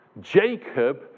Jacob